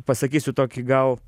pasakysiu tokį gal